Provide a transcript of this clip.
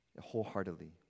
wholeheartedly